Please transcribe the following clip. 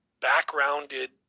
backgrounded